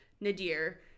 Nadir